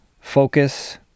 Focus